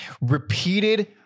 repeated